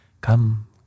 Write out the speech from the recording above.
Come